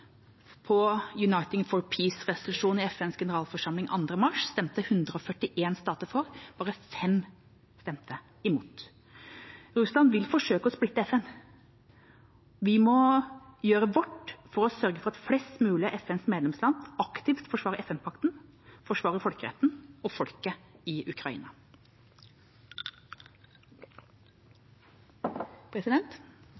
på «Uniting for Peace»-resolusjonen i FNs generalforsamling 2. mars, stemte 141 stater for, bare 5 stemte mot. Russland vil forsøke å splitte FN. Vi må gjøre vårt for å sørge for at flest mulig av FNs medlemsland aktivt forsvarer FN-pakten, folkeretten og folket i